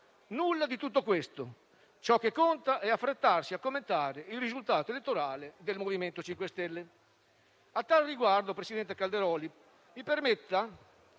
Nulla di tutto questo. Ciò che conta è affrettarsi a commentare il risultato elettorale del MoVimento 5 Stelle. A tal riguardo, presidente Calderoli, mi permetta